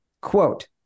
Quote